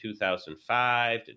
2005